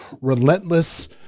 relentless